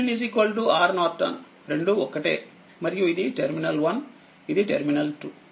RTh RN రెండూ ఒక్కటే మరియు ఇది టెర్మినల్1 ఇది టెర్మినల్2